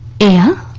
and